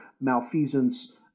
malfeasance